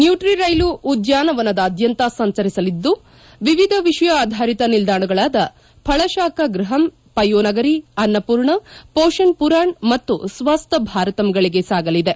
ನ್ಟೂಟ್ರ ರೈಲು ಉದ್ಘಾನವನದಾದ್ಯಂತ ಸಂಚರಿಸಲಿದ್ದು ವಿವಿಧ ವಿಷಯ ಆಧಾರಿತ ನಿಲ್ಲಾಣಗಳಾದ ಫಳಶಾಖಾ ಗೃಹಂ ಪಯೋನಗರಿ ಅನ್ನಪೂರ್ಣ ಪೋಷಣ್ ಪುರಾಣ್ ಮತ್ತು ಸ್ವಸ್ಟ ಭಾರತಂಗಳಗೆ ಸಾಗಲಿದೆ